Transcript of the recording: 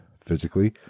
physically